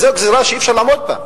זו גזירה שאי-אפשר לעמוד בה.